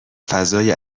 فضای